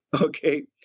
Okay